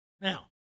Now